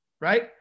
Right